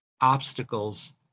obstacles